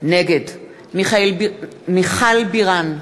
נגד מיכל בירן,